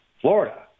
Florida